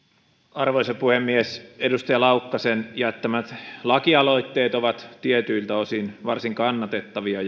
arvoisa puhemies edustaja laukkasen jättämät lakialoitteet ovat tietyiltä osin varsin kannatettavia